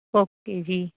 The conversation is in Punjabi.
ਓਕੇ ਜੀ